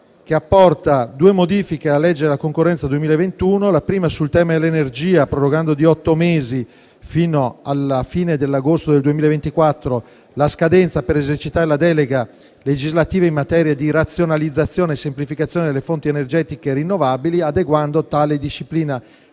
3 apporta due modifiche alla legge sulla concorrenza 2021: la prima sul tema dell'energia, prorogando di otto mesi, fino alla fine dell'agosto 2024, la scadenza per esercitare la delega legislativa in materia di razionalizzazione e semplificazione delle fonti energetiche rinnovabili, adeguando tale disciplina